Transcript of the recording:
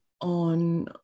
on